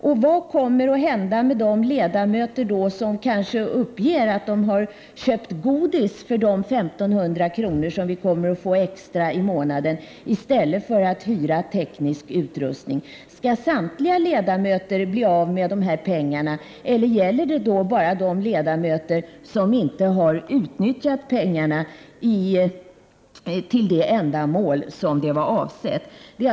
Och vad kommer att hända med de ledamöter som kanske uppger att de har köpt godis för de 1 500 kr. som vi kommer att få extra i månaden, i stället för att hyra teknisk utrustning? Skall samtliga ledamöter i så fall bli av med de här pengarna, eller gäller det bara de ledamöter som inte har utnyttjat pengarna till det ändamål som de var avsedda för?